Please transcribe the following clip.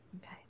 Okay